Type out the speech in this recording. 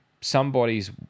Somebody's